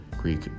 Greek